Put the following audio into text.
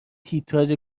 تیتراژ